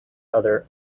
other